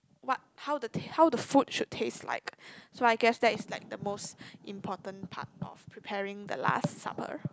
what how the taste how the food should taste like so I guess that's like the most important part of preparing the last supper